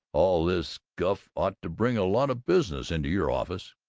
all this guff ought to bring a lot of business into your office.